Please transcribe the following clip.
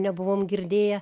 nebuvom girdėję